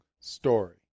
story